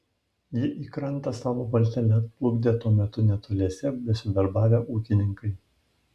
jį į krantą savo valtele atplukdė tuo metu netoliese besidarbavę ūkininkai